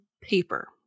paper